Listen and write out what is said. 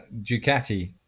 Ducati